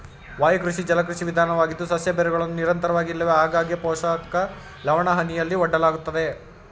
ವಾಯುಕೃಷಿ ಜಲಕೃಷಿ ವಿಧಾನವಾಗಿದ್ದು ಸಸ್ಯ ಬೇರುಗಳನ್ನು ನಿರಂತರವಾಗಿ ಇಲ್ಲವೆ ಆಗಾಗ್ಗೆ ಪೋಷಕ ಲವಣಹನಿಯಲ್ಲಿ ಒಡ್ಡಲಾಗ್ತದೆ